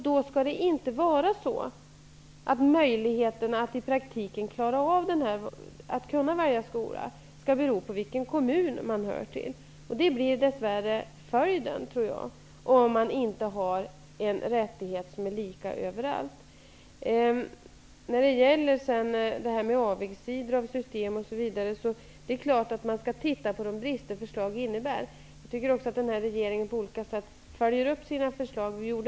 Då skall inte möjligheterna att i praktiken kunna välja skola bero på vilken kommun man hör till. Det blir dess värre följden, tror jag, om man inte har samma rättighet överallt. När det gäller avigsidor av system osv. är det klart att vi skall se på vilka brister förslag innebär. Jag tycker att regeringen följer upp sina förslag på olika sätt.